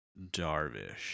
Darvish